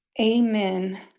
Amen